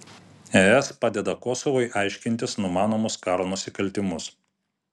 es padeda kosovui aiškintis numanomus karo nusikaltimus